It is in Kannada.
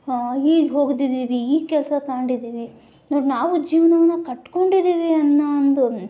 ಹೀಗೆ ಓದಿದೀವಿ ಈ ಕೆಲಸ ತಗಂಡಿದೀವಿ ನೋಡು ನಾವು ಜೀವನವನ್ನ ಕಟ್ಕೊಂಡಿದ್ದೀವಿ ಅನ್ನೋ ಒಂದು